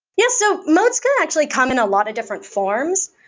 yeah. so moats can actually come in a lot of different forms.